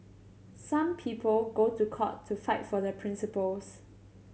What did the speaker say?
some people go to court to fight for their principles